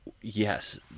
yes